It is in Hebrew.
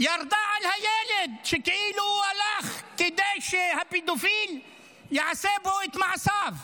ירדה על הילד שכאילו הוא הלך כדי שהפדופיל יעשה בו את מעשיו.